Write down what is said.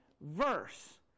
verse